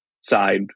side